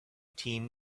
team